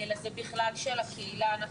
אלא זה עניין של הקהילה בכלל.